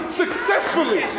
successfully